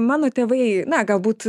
mano tėvai na galbūt